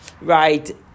right